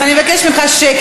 אז אני מבקשת ממך שקט,